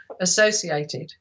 associated